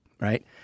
Right